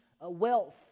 wealth